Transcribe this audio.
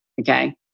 okay